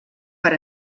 per